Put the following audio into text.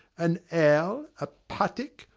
an owl, a put-tock,